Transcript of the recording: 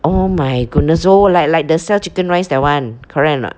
oh my goodness oh like like the sell chicken rice that [one] correct or not